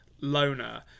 loner